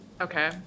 okay